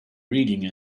reading